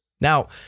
Now